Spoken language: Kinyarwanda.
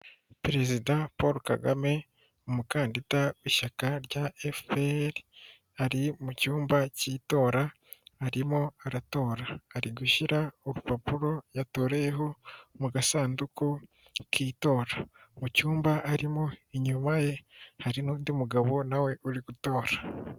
Perezida Paul Kagame umukandida w'ishyaka rya FPR ari mu cyumba cy'itora arimo aratora, ari gushyira urupapuro yatoreyeho mu gasanduku k'itora, mu cyumba arimo inyuma ye hari n'undi mugabo na we uri gutora.